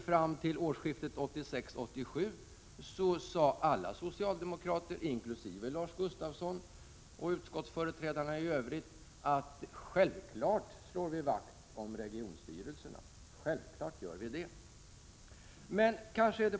Fram till årsskiftet 1986-87 sade nämligen alla socialdemokrater, inkl. Lars Gustafsson och utskottsföreträdarna i övrigt, att de självfallet slår vakt om regionstyrelserna.